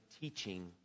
teaching